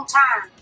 time